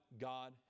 God